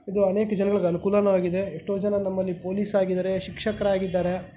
ಇದು ಅನೇಕ ಜನಗಳಿಗೆ ಅನುಕೂಲವೂ ಆಗಿದೆ ಎಷ್ಟೋ ಜನ ನಮ್ಮಲ್ಲಿ ಪೊಲೀಸ್ ಆಗಿದ್ದಾರೆ ಶಿಕ್ಷಕರಾಗಿದ್ದಾರೆ